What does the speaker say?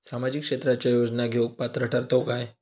सामाजिक क्षेत्राच्या योजना घेवुक पात्र ठरतव काय?